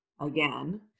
again